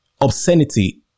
Obscenity